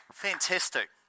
Fantastic